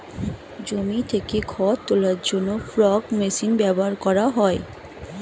জমি থেকে খড় তোলার জন্য ফর্ক মেশিন ব্যবহার করা হয়